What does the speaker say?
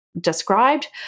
described